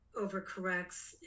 overcorrects